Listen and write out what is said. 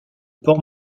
port